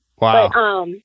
Wow